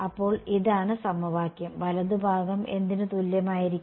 അപ്പോൾ ഇതാണ് സമവാക്യം വലതുഭാഗം എന്തിന് തുല്യമായിരിക്കും